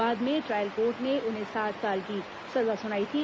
बाद में trial court ने उन्हें सात साल की सजा सुनाई थी